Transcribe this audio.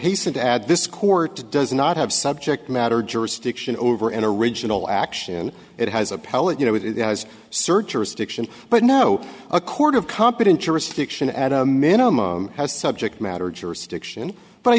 hasten to add this court does not have subject matter jurisdiction over an original action it has appellate you know that it has searchers stiction but no a court of competent jurisdiction at a minimum has subject matter jurisdiction but i